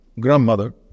Grandmother